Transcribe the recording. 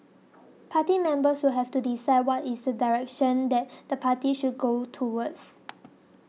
party members will have to decide what is the direction that the party should go towards